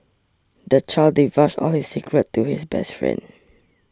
the child divulged all his secrets to his best friend